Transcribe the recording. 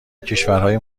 کشورهای